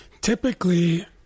Typically